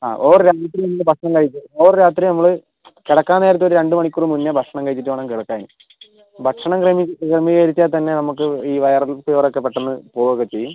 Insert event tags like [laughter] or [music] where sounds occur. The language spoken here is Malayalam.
ആ ഓവർ [unintelligible] വീട്ടിലിരുന്ന് ഭക്ഷണം കഴിക്കുക ഓവർ രാത്രി നമ്മൾ കിടക്കാൻ നേരത്ത് ഒരു രണ്ട് മണിക്കൂർ മുന്നെ ഭക്ഷണം കഴിച്ചിട്ട് വേണം കിടക്കാൻ ഭക്ഷണം ക്രമീകരിച്ചാൽ തന്നെ നമുക്ക് ഈ വൈറൽ ഫീവറൊക്കെ പെട്ടന്ന് പോവുകയൊക്കെ ചെയ്യും